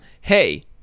Hey